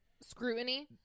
scrutiny